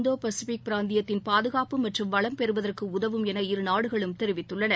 இந்தோ Pacific பிராந்தியத்தின் பாதுகாப்பு மற்றும் வளம் பெறுவதற்கு உதவும் என இருநாடுகளும் தெரிவித்துள்ளன